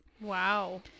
Wow